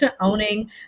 owning